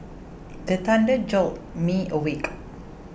the thunder jolt me awake